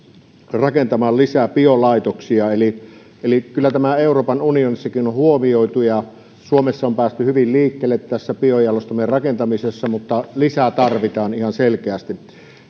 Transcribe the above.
rakentamaan lisää biolaitoksia eli eli kyllä tämä euroopan unionissakin on huomioitu suomessa on päästy hyvin liikkeelle bio jalostamojen rakentamisessa mutta lisää tarvitaan ihan selkeästi